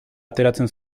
ateratzen